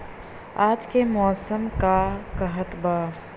आज क मौसम का कहत बा?